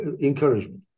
encouragement